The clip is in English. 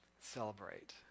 celebrate